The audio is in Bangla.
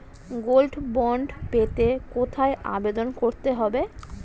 গোল্ড বন্ড পেতে কোথায় আবেদন করতে হবে?